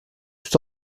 tout